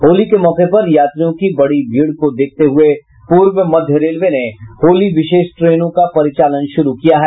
होली के मौके पर यात्रियों की बढ़ी भीड़ को देखते हुये पूर्व मध्य रेलवे ने होली विशेष ट्रेनों का परिचालन शुरू किया है